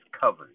covered